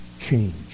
change